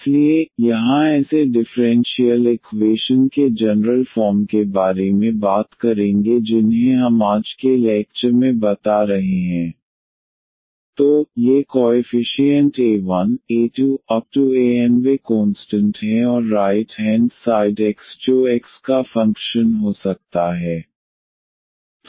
इसलिए यहां ऐसे डिफ़्रेंशियल इकवेशन के जनरल फॉर्म के बारे में बात करेंगे जिन्हें हम आज के लैक्चर में बता रहे हैं dnydxna1dn 1ydxn 1anyX तो ये कॉएफिशिएंट a1a2an वे कोंस्टंट हैं और राइट हैंड साइड X जो X का फंक्शन हो सकता है